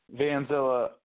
Vanzilla